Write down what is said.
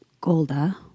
Golda